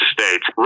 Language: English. States